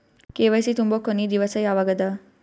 KYC ತುಂಬೊ ಕೊನಿ ದಿವಸ ಯಾವಗದ?